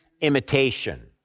imitation